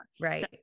Right